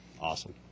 Awesome